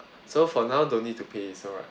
so for now don't need to pay it's alright